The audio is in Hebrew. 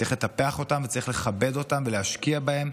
צריך לטפח אותם וצריך לכבד אותם ולהשקיע בהם,